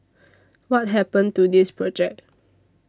what happened to this project